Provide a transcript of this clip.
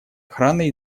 охраной